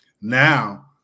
Now